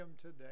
today